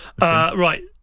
Right